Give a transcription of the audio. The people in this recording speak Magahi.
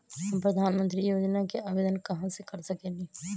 हम प्रधानमंत्री योजना के आवेदन कहा से कर सकेली?